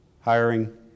hiring